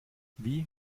wie